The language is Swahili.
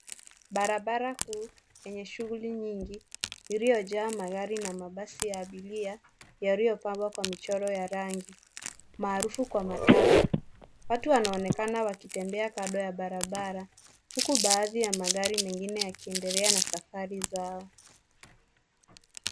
Barabara kuu yenye shughuli nyingi iliyojaa magari na mabasi ya abiria yaliyopambwa kwa michoro ya rangi maarufu kwa matatu. Watu wanaonekana wakitembea kando ya barabara huku baadhi ya magari mengine yakiendelea na safari zao.